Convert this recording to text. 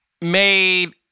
made